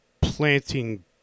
planting